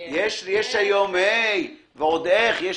ועוד איך.